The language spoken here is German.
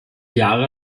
jahre